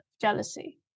jealousy